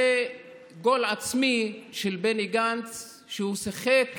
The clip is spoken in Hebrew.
זה גול עצמי של בני גנץ, ששיחק